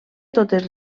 totes